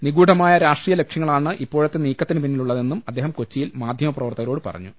നിഗൂഢമായ രാഷ്ട്രീയ ലക്ഷ്യങ്ങളാണ് ഇപ്പോഴത്തെ നീക്കത്തിന് പിന്നിലുള്ളതെന്നും അദ്ദേഹം കൊച്ചിയിൽ മാധ്യമപ്രവർത്തകരോട് പറഞ്ഞു